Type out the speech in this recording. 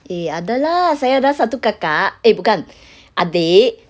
eh ada lah saya ada satu kakak eh bukan adik